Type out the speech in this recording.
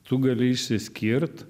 tu gali išsiskirt